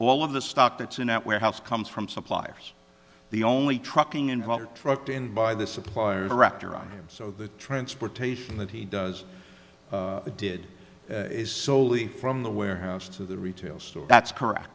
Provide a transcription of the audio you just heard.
all of the stock that's in that warehouse comes from suppliers the only trucking involved trucked in by the supplier director on him so the transportation that he does did is solely from the warehouse to the retail store that's correct